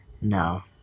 No